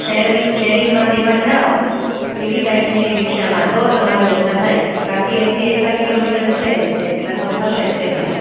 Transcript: sharing શેરિંગમાં કે એમાં જાઓ એવી ટાઈપની રિક્ષામાં તો તમારે ઓછા થાય બાકી અહીંથી એટલા કિલોમીટર છે એટલે એટલા તો થશે જ તે ભાઈ